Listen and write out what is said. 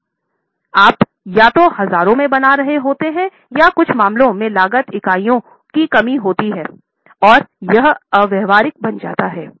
आप या तो हजारों में बना रहे होते है या कुछ मामलों में लगातार इकाइयों की कमी होती है और यह अव्यावहारिक बन जाता है